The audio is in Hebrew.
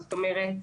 זאת אומרת: